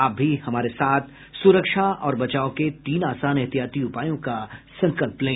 आप भी हमारे साथ सुरक्षा और बचाव के तीन आसान एहतियाती उपायों का संकल्प लें